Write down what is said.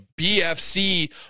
bfc